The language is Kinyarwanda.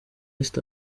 east